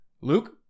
Luke